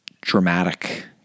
dramatic